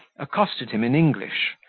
accosted him in english,